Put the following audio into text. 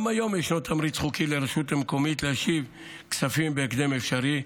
גם היום ישנו תמריץ חוקי לרשות מקומית להשיב כספים בהקדם האפשרי.